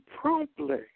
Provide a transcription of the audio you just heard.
promptly